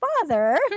father